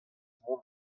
mont